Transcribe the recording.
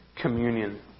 communion